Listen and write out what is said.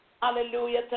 Hallelujah